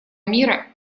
мира